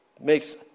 makes